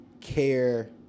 care